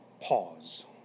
pause